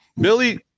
Billy